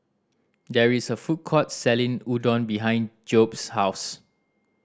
there is a food court selling Udon behind Jobe's house